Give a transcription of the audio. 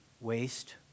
waste